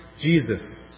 Jesus